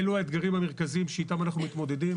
אילו האתגרים המרכזיים שאיתם אנחנו מתמודדים.